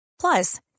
Plus